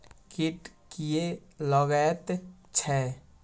कीट किये लगैत छै?